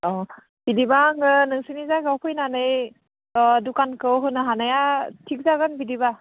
अह बिदिबा आङो नोंसिनि जायगायाव फैनानै अह दुखानखौ होनो हानाया थिग जागोन बिदिबा